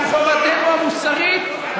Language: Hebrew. זו חובתנו המוסרית,